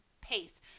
pace